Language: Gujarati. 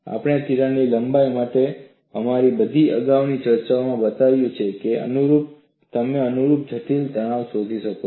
આપેલ તિરાડ લંબાઈ માટે અમારી બધી અગાઉની ચર્ચાએ બતાવ્યું છે કે તમે અનુરૂપ જટિલ તણાવ શોધી શકો છો